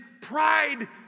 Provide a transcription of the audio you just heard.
pride